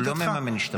הוא לא מממן השתמטות.